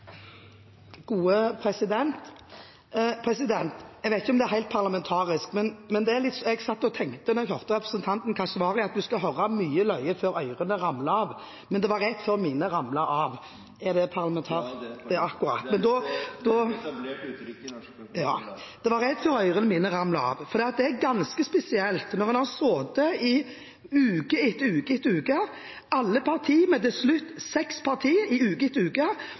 gode resultater. Det bør alle være glad for. Jeg vet ikke om det er helt parlamentarisk, men jeg satt og tenkte da jeg hørte representanten Keshvari at man skal høre mye «løye» før ørene ramler av – og det var rett før mine ramlet av! Er det parlamentarisk? Ja, det er parlamentarisk. Det er et etablert uttrykk i norsk vokabular. Ja, det var rett før ørene mine ramlet av, for dette er ganske spesielt. Man har sittet uke etter uke – alle partier, men til slutt seks partier